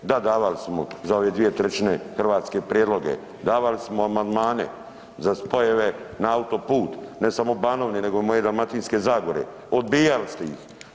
Da davali smo za ove 2/3 Hrvatske prijedloge, davali smo amandmane za spojeve na autoput ne samo Banovine nego i moje Dalmatinske zagore, odbijali ste ih.